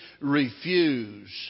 refuse